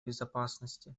безопасности